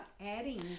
adding